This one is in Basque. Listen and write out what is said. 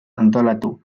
antolatu